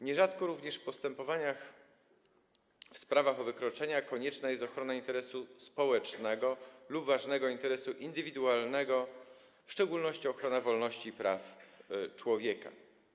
Nierzadko również w postępowaniach w sprawach o wykroczenia konieczna jest ochrona interesu społecznego lub ważnego interesu indywidualnego, w szczególności ochrona wolności i praw człowieka.